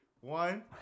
one